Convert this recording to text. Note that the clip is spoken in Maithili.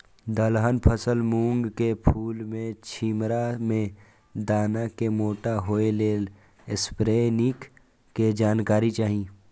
दलहन फसल मूँग के फुल में छिमरा में दाना के मोटा होय लेल स्प्रै निक के जानकारी चाही?